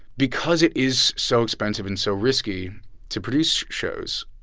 because it is so expensive and so risky to produce shows,